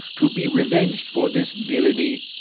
to be revenged for this villainy.